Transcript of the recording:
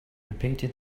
repeated